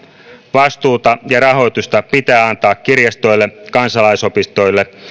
vastuuta ja rahoitusta pitää antaa kirjastoille kansalaisopistoille